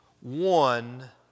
One